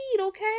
okay